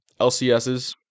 LCSs